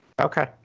Okay